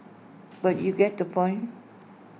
but you get the point